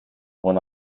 went